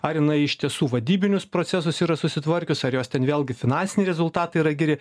ar jinai iš tiesų vadybinius procesus yra susitvarkius ar jos ten vėlgi finansiniai rezultatai yra geri